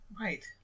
Right